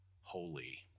holy